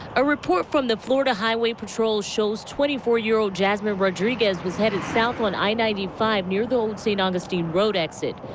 a report from the florida highway patrol shows twenty four year old jasmine rodriguez was headed south on i ninety five near the old st. augustine road exit.